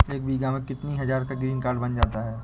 एक बीघा में कितनी हज़ार का ग्रीनकार्ड बन जाता है?